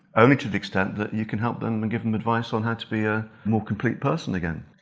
only to the extent that you can help them and give them advice on how to be a more complete person again.